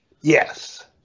Yes